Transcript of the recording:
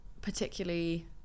particularly